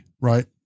right